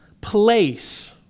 place